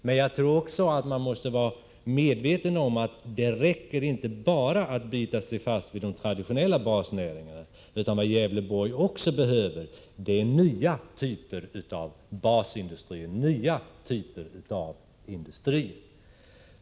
Men jag tror att man måste vara medveten om att det inte räcker att bara bita sig fast vid de traditionella basnäringarna. Vad Gävleborgs län också behöver är nya typer av basindustrier, nya typer av industrier över huvud taget.